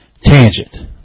Tangent